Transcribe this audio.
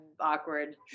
awkward